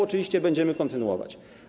Oczywiście będziemy ją kontynuować.